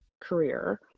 career